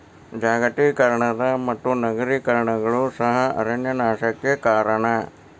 ಜಾಗತೇಕರಣದ ಮತ್ತು ನಗರೇಕರಣಗಳು ಸಹ ಅರಣ್ಯ ನಾಶಕ್ಕೆ ಕಾರಣ